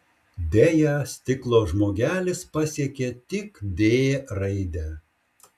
deja stiklo žmogelis pasiekė tik d raidę